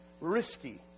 risky